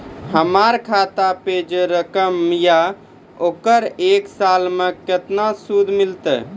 हमर खाता पे जे रकम या ओकर एक साल मे केतना सूद मिलत?